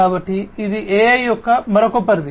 కాబట్టి ఇది AI యొక్క మరొక పరిధి